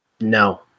no